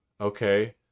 okay